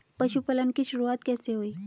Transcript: पशुपालन की शुरुआत कैसे हुई?